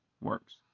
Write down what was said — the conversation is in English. works